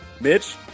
Mitch